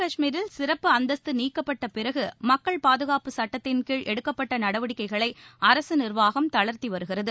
காஷ்மீரில் சிறப்பு அந்தஸ்த்து நீக்கப்பட்டப்பிறகு மக்கள் பாதுகாப்பு சுட்டத்தின் கீழ் எடுக்கப்பட்ட நடவடிக்கைகளை அரசு நிர்வாகம் தளர்த்தி வருகிறது